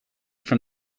from